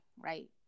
right